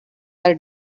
are